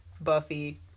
Buffy